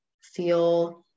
feel